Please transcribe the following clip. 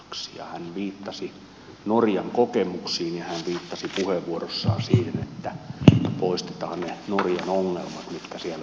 hän viittasi norjan kokemuksiin ja hän viittasi puheenvuorossaan siihen että poistetaan ne norjan ongelmat mitkä siellä ovat syntyneet ja tuodaan se ratkaisu meille